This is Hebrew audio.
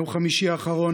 ביום חמישי האחרון,